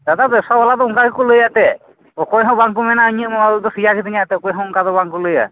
ᱫᱟᱫᱟ ᱵᱮᱵᱽᱥᱟ ᱵᱟᱞᱟ ᱫᱚ ᱚᱱᱠᱟ ᱜᱮᱠᱚ ᱞᱟᱹᱭ ᱟᱥᱮ ᱚᱠᱚᱭ ᱦᱚᱸ ᱵᱟᱝᱠᱚ ᱢᱮᱱᱟ ᱤᱧᱟᱹᱜ ᱢᱟᱞ ᱥᱮᱭᱟ ᱜᱮᱛᱤᱧᱟ ᱪᱮ ᱚᱠᱚᱭ ᱦᱚᱸ ᱚᱱᱠᱟ ᱫᱚ ᱵᱟᱝᱠᱚ ᱞᱟᱹᱭᱟ